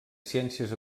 ciències